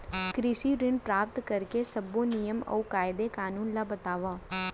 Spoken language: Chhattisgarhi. कृषि ऋण प्राप्त करेके सब्बो नियम अऊ कायदे कानून ला बतावव?